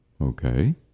Okay